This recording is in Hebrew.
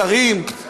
השרים,